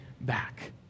back